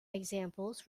examples